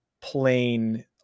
plain